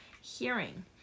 Hearing